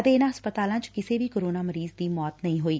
ਅਤੇ ਇਨੂਾਂ ਹਸਪਤਾਲਾਂ ਚ ਕਿਸੇ ਵੀ ਕੋਰੋਨਾ ਮਰੀਜ਼ ਦੀ ਮੌਤ ਨਹੀਂ ਹੋਈ